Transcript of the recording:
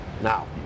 Now